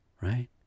Right